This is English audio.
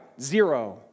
zero